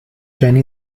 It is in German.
jenny